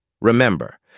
Remember